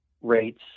rates